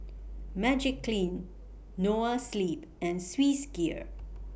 Magiclean Noa Sleep and Swissgear